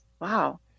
Wow